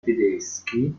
tedeschi